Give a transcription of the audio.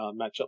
matchup